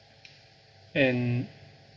and